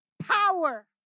Power